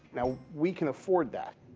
now, we can afford that.